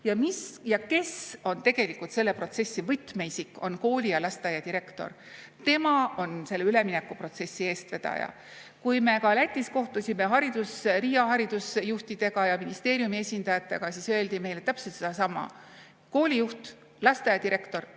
Ja kes on tegelikult selle protsessi võtmeisik? Kooli- ja lasteaia direktor. Tema on selle üleminekuprotsessi eestvedaja. Kui me ka Lätis kohtusime Riia haridusjuhtidega ja ministeeriumi esindajatega, siis öeldi meile täpselt sedasama: koolijuht ja lasteaiadirektor